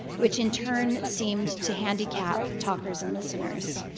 which in turn seemed to handicap talkers and listeners.